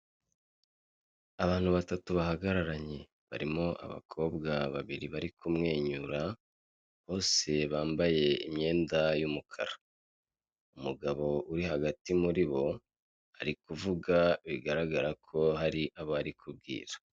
Abantu batatu bahagararanye, barimo abakobwa babiri bari kumwenyura bose bambaye imyenda y'umukara, umugabo uri hagati muri bo, ari kuvuga bigaragara ko hari abo ari kubwira